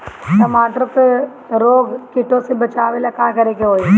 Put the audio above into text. टमाटर को रोग कीटो से बचावेला का करेके होई?